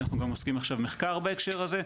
אנחנו גם עושים עכשיו מחקר בהקשר הזה,